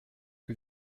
que